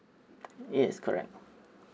yes correct